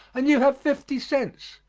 and you have fifty cents,